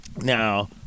Now